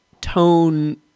tone